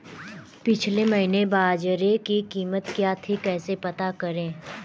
पिछले महीने बाजरे की कीमत क्या थी कैसे पता करें?